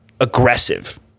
aggressive